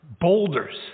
boulders